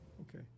okay